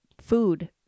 food